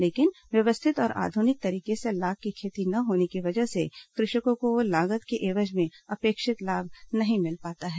लेकिन व्यवस्थित और आध्रनिक तरीके से लाख की खेती न होने की वजह से कृषकों को लागत के एवज में अपेक्षित लाभ नहीं मिल पाता है